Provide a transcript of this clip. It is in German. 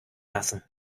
lassen